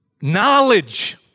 knowledge